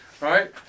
Right